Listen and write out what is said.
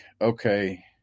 okay